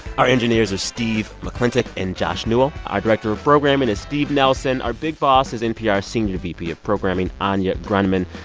our engineers are steve mcclintock and josh newell. our director of programming is steve nelson. our big boss is npr's senior vp of programming, anya grundmann.